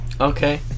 Okay